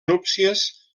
núpcies